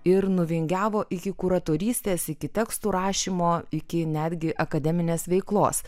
ir nuvingiavo iki kuratorystės iki tekstų rašymo iki netgi akademinės veiklos